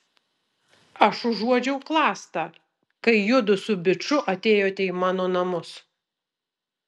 aš užuodžiau klastą kai judu su biču atėjote į mano namus